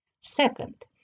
Second